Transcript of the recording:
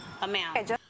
amount